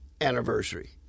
anniversary